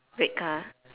red car